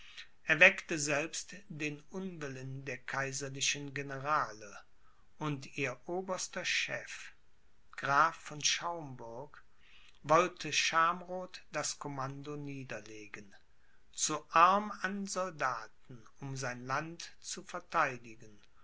erweckte selbst den unwillen der kaiserlichen generale und ihr oberster chef graf von schaumburg wollte schamroth das commando niederlegen zu arm an soldaten um sein land zu vertheidigen